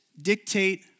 dictate